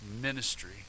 ministry